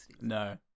No